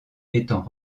étant